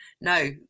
No